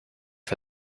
for